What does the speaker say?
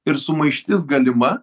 ir sumaištis galima